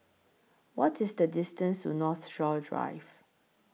What IS The distance to Northshore Drive